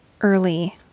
early